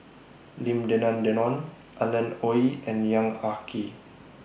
Lim Denan Denon Alan Oei and Yong Ah Kee